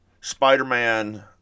Spider-Man